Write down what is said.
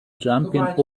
jumping